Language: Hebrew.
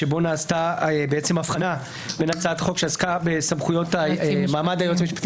שבו נעשתה הבחנה בין הצעת חוק שעסקה במעמד היועץ המשפטי